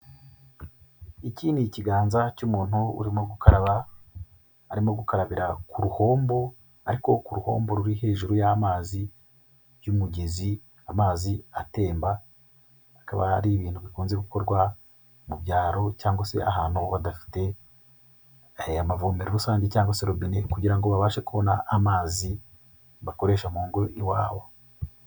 Iki ni ikiganza cy'umuntu urimo gukaraba arimo gukarabira ku ruhombo, ariko ku ruhombo ruri hejuru y'amazi y'umugezi amazi atemba, akaba ari ibintu bikunze gukorwa mu byaro cyangwa se ahantu badafite aya mavome rusange cyangwa se robine kugirango ngo babashe kubona amazi bakoresha mu ngo iwabo.